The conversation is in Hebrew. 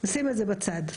נשים את זה בצד.